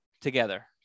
together